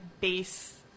base